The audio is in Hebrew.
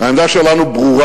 העמדה שלנו ברורה: